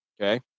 Okay